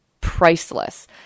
priceless